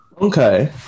okay